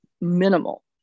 minimal